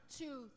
two